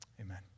Amen